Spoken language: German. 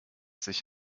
sich